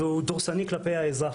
והוא דורסני כלפי האזרח.